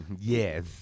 yes